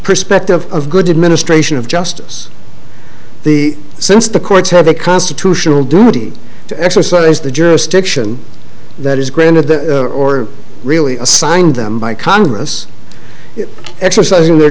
perspective of good administration of justice the since the courts have a constitutional duty to exercise the jurisdiction that is granted the or really assigned them by congress exercising their